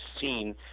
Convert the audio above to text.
seen